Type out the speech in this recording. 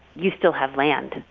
you still have land.